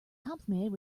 complimented